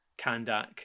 Kandak